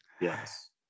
Yes